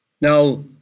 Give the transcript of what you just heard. Now